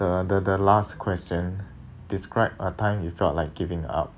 the the the last question describe a time you felt like giving up